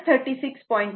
9 o आहे